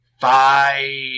five